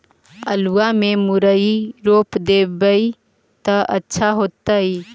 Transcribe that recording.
आलुआ में मुरई रोप देबई त अच्छा होतई?